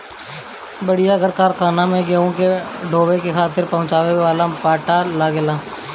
बड़ियार कारखाना में गेहूं के ढोवे खातिर पहुंचावे वाला पट्टा लगेला